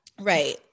Right